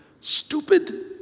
Stupid